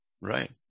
Right